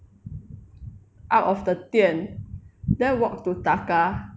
out of the 店 then walk to taka